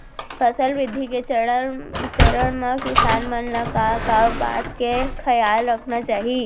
फसल वृद्धि के चरण म किसान मन ला का का बात के खयाल रखना चाही?